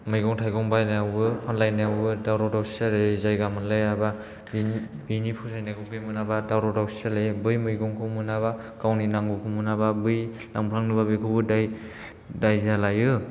मैगं थाइगं बायनायावबो रायलायनायावबो दावराव दावसि जालायो जायगा मोनलायाबा बिनि फसायनायखौ बि मोनाबा दावराव दावसि जालायो बै मैगंखौ मोनाबा गावनि नांगौखौ मोनाबा बै थांफ्लांदोंबा बेखौबो दाय जालायो